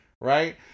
right